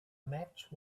match